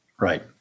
Right